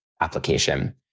application